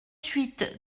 huit